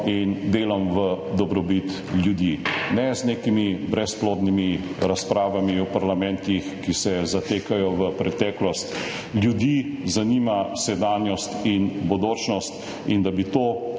in delom v dobro ljudi. Ne z nekimi brezplodnimi razpravami v parlamentih, ki se zatekajo v preteklost. Ljudi zanima sedanjost in bodočnost in da bi to